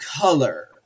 color